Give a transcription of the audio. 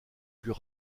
plus